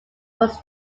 was